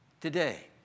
today